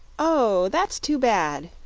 oh, that's too bad!